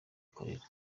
ikorera